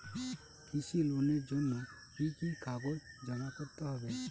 কৃষি লোনের জন্য কি কি কাগজ জমা করতে হবে?